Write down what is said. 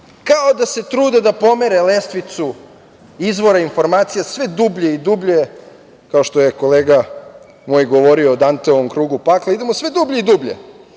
kao da se trude da pomere lestvicu izvora informacija sve dublje i dublje. Kao što je kolega moj govorio o Danteovom krugu pakla, idemo sve dublje i dublje. Izvori